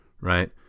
Right